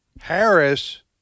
Harris